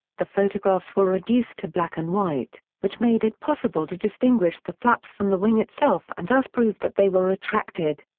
the photographs were reduced to black-and-white, which made it possible to distinguish the flaps from the wing itself and thus proved that they were retracted.